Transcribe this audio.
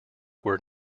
were